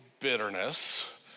bitterness